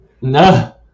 No